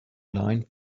line